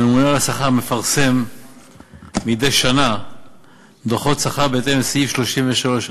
הממונה על השכר מפרסם מדי שנה דוחות שכר בהתאם לסעיף 33(א)